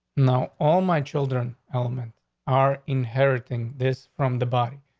now all my children element are inheriting this from the body.